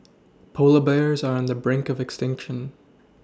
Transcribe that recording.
polar bears are on the brink of extinction